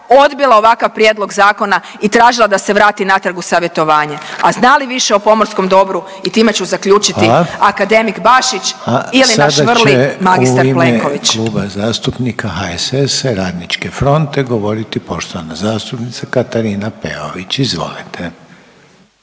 odbila ovakav prijedlog zakona i tražila da se vrati natrag u savjetovanje. A zna li više o pomorskom dobru, i time ću zaključiti …/Upadica Reiner: Hvala./… akademik Bašić ili naš vrli magistar Plenković.